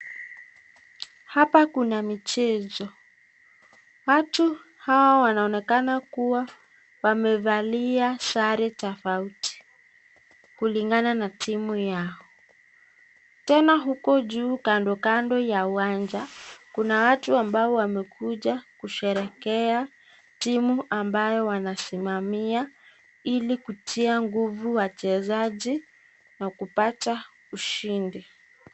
Hapa kuna michezo. Watu hawa wanaonekana kuwa wamevalia sare tofauti kulingana na timu yao. Tena huko juu kando kando ya uwanja, kuna watu ambao wamekuja kusherehekea timu ambayo wanasimamia ili kutia nguvu wachezaji na kupata ushindi.